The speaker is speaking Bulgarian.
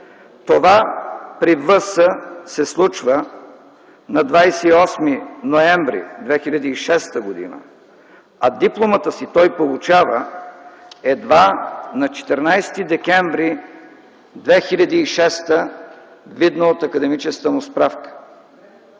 Това при В.С. се случва на 28 ноември 2006 г., а дипломата си той получава едва на 14 декември 2006 г., видно от академическата му справка.